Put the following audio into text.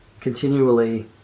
continually